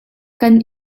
kan